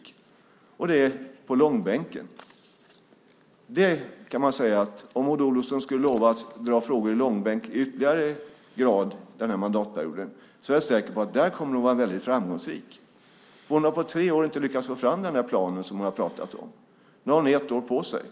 - och det är på långbänken. Det kan man säga: Om Maud Olofsson skulle lova att dra frågor i långbänk ytterligare den här mandatperioden är jag säker på att hon kommer att vara väldigt framgångsrik. Hon har på tre år inte lyckats få fram den plan som hon har pratat om. Nu har hon ett år på sig.